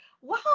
wow